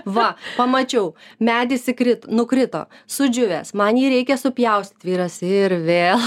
va pamačiau medis įkri nukrito sudžiūvęs man jį reikia supjaustyt vyras ir vėl